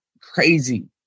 crazy